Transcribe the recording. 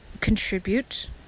contribute